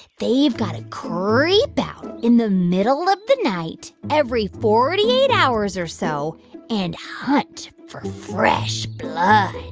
they've got to creep out in the middle of the night every forty eight hours or so and hunt for fresh blood